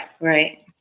right